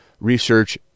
research